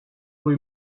rue